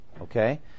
Okay